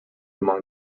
among